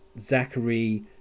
Zachary